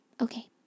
okay